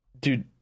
dude